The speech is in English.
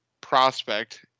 prospect